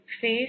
face